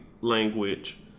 language